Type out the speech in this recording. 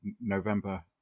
November